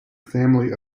family